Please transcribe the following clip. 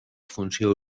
funció